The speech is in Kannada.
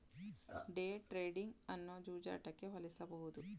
ಡೇ ಟ್ರೇಡಿಂಗ್ ಅನ್ನು ಜೂಜಾಟಕ್ಕೆ ಹೋಲಿಸಬಹುದು